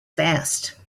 fast